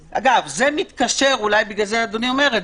בקיצור, אם היא חדלה,